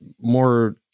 more